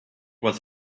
was